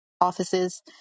offices